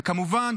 וכמובן,